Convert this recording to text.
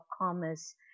Commerce